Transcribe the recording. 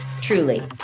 truly